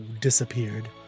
disappeared